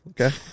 Okay